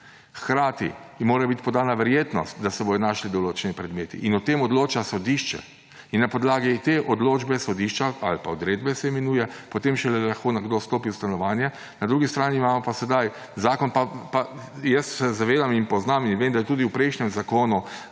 hkrati mora biti podana verjetnost, da se bodo našli določeni predmeti, in o tem odloča sodišče. In šele na podlagi te odločbe sodišča ali pa odredbe, kot se imenuje, lahko nekdo vstopi v stanovanje. Na drugi strani imamo pa sedaj zakon; pa se zavedam in vem, da tudi v prejšnjem Zakonu